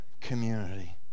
community